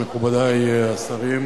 מכובדי השרים,